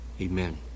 amen